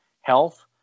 health